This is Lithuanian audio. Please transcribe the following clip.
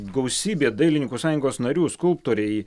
gausybė dailininkų sąjungos narių skulptoriai